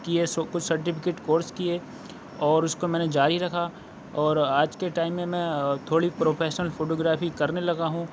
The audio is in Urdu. کیے سو کچھ سرٹیفکٹ کورس کیے اور اس کو میں نے جاری رکھا اور آج کے ٹائم میں میں تھوڑی پروفیشنل فوٹوگرافی کرنے لگا ہوں